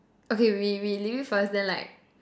okay we we we leave it first then like